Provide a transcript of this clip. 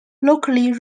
locally